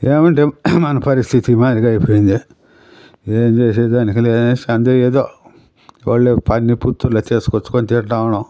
ఏమంటే మన పరిస్థితేమో ఈమాదిరి అయిపోయింది ఏమి చేసే దానికి లేదు అనేసి అందే ఏదో వాళ్ళు పని చేసుకొచ్చుకుని తింటూ ఉన్నాం